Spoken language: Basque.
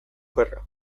gerra